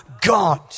God